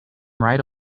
right